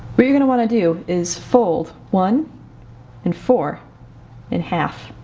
what you're going to want to do is fold one and four in half.